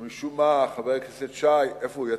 ומשום מה, חבר הכנסת שי, איפה הוא?